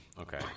Okay